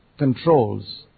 controls